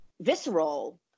visceral